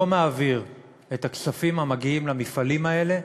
מעביר את הכספים המגיעים למפעלים האלה.